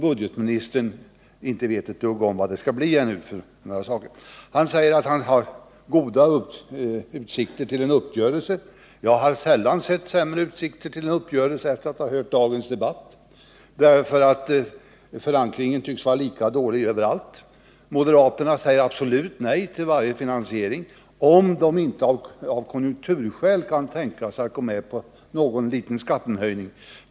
Budgetministern säger att han har goda utsikter att nå en uppgörelse. Efter att ha hört dagens debatt har jag svårt att tänka mig sämre utsikter till en uppgörelse än de vi nu har. Förankringen av tänkbara förslag tycks vara lika dålig överallt. Moderaterna säger absolut nej till varje finansiering, om de inte av konjunkturskäl kan tänka sig att gå med på någon liten skattehöjning.